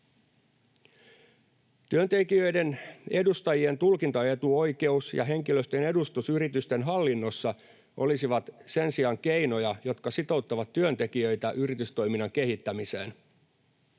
Työntekijöiden edustajien tulkintaetuoikeus ja henkilöstön edustus yritysten hallinnossa olisivat sen sijaan keinoja, jotka sitouttavat työntekijöitä yritystoiminnan kehittämiseen.